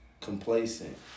complacent